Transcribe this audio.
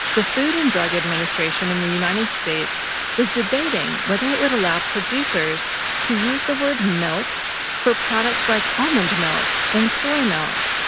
the food and drug administration in the united states was debating whether it would allow producers to use the word milk for products like almond milk and soy milk.